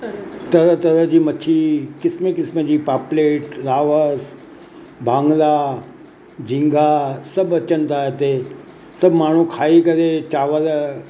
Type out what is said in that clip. तरह तरह जी मछी क़िस्म क़िस्म जी पाप्लेट लावस भागंरा झींगा सभु अचनि था हिते सभु माण्हू खाई करे चांवर